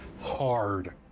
hard